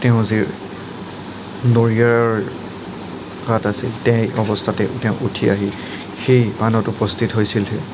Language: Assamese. তেওঁ যি নৰিয়াৰ গাত আছিল সেই অৱস্থাতে তেওঁ উঠি আহি সেই বান্ধত উপস্থিত হৈছিলহি